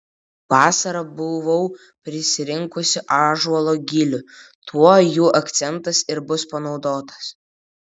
vasarą buvau prisirinkusi ąžuolo gilių tai jų akcentas ir bus panaudotas